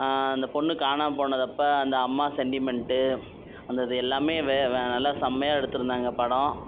அந்த பொண்ணு காணாமல் போனப்ப அந்த அம்மா சென்டிமென்ட்டு வந்தது எல்லாமே நல்ல செம்மையாக எடுத்திருந்தாங்க படம்